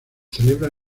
celebra